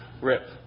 Rip